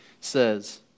says